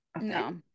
no